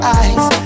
eyes